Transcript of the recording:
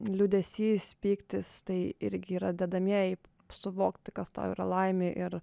liūdesys pyktis tai irgi yra dedamieji suvokti kas tau yra laimė ir